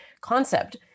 concept